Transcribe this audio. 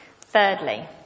Thirdly